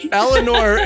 eleanor